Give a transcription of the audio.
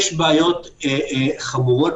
יש בעיות חמורות.